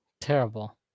Terrible